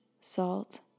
salt